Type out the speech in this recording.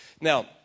now